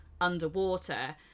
underwater